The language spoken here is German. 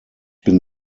bin